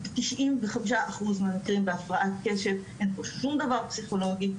95 אחוז מהמקרים בהפרעת קשב אין פה שום דבר פסיכולוגי,